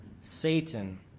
Satan